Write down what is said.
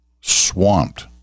swamped